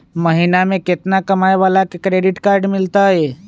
महीना में केतना कमाय वाला के क्रेडिट कार्ड मिलतै?